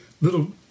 little